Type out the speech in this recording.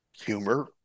humor